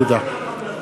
תודה.